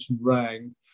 rang